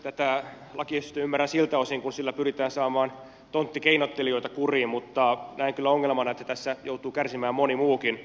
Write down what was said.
tätä lakiesitystä ymmärrän siltä osin kun sillä pyritään saamaan tonttikeinottelijoita kuriin mutta näen kyllä ongelmana että tässä joutuu kärsimään moni muukin